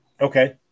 okay